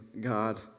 God